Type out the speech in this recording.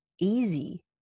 easy